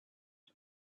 and